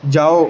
ਜਾਓ